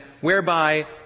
whereby